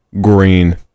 Green